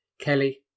Kelly